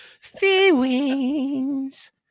Feelings